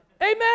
Amen